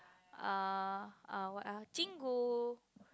err err what else chingu